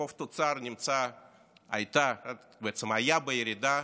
החוב תוצר היה בירידה